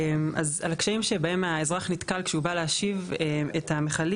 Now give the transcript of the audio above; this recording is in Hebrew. אז על הקשיים שבהם האזרח נתקל כשהוא בא להשיב את המכלים